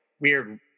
weird